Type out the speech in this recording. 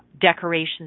decorations